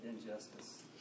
injustice